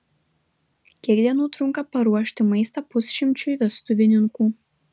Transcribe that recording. kiek dienų trunka paruošti maistą pusšimčiui vestuvininkų